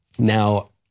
now